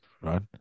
Right